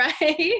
right